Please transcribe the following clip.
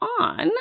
on